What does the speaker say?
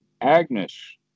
Agnes